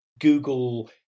Google